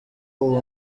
uwo